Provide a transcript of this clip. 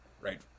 right